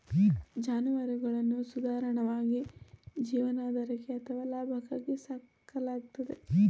ಜಾನುವಾರುಗಳನ್ನು ಸಾಧಾರಣವಾಗಿ ಜೀವನಾಧಾರಕ್ಕೆ ಅಥವಾ ಲಾಭಕ್ಕಾಗಿ ಸಾಕಲಾಗ್ತದೆ